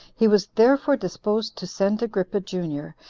he was therefore disposed to send agrippa, junior,